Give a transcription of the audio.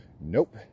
Nope